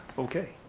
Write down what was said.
okay.